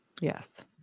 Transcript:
Yes